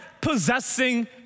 possessing